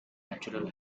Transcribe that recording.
natural